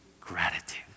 gratitude